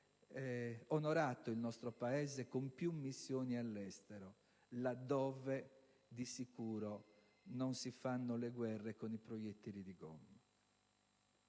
onorato il nostro Paese con più missioni all'estero, là dove di sicuro non si fanno le guerre con i proiettili di gomma.